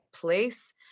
place